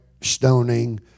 stoning